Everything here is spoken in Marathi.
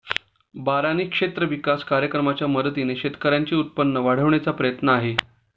बारानी क्षेत्र विकास कार्यक्रमाच्या मदतीने शेतकऱ्यांचे उत्पन्न वाढविण्याचा प्रयत्न आहे